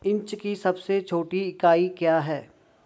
Inch की सबसे छोटी इकाई क्या है?